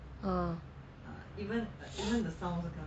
oh